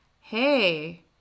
hey